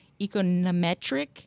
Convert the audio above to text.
Econometric